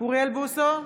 אוריאל בוסו,